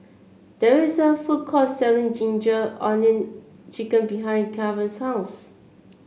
there is a food court selling Ginger Onions chicken behind Kavon's house